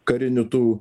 karinių tų